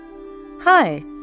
Hi